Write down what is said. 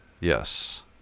Yes